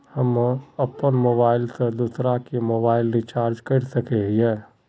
हम अपन मोबाईल से दूसरा के मोबाईल रिचार्ज कर सके हिये?